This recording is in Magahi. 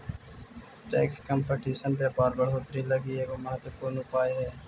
टैक्स कंपटीशन व्यापार बढ़ोतरी लगी एगो महत्वपूर्ण उपाय हई